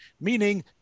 meaning